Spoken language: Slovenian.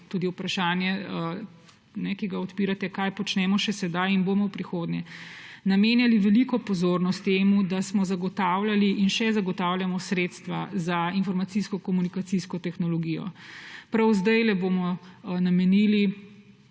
– vprašanje, ki ga tudi odpirate, kaj počnemo še sedaj – in bomo v prihodnje namenjali veliko pozornosti temu, da smo zagotavljali in še zagotavljamo sredstva za informacijsko-komunikacijsko tehnologijo. Prav zdajle bomo namenili